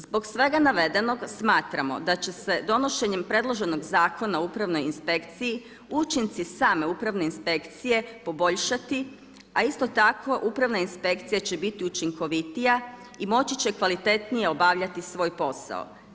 Zbog svega navedenog smatramo da će se donošenjem predloženog Zakona o Upravnoj inspekciji učinci same Upravne inspekcije poboljšati, a isto tako Upravna inspekcija će biti učinkovitija i moći će kvalitetnije obavljati svoj posao.